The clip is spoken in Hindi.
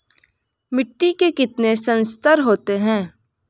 मिट्टी के कितने संस्तर होते हैं?